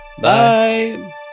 Bye